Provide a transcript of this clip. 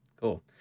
cool